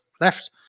left